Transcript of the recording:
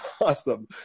awesome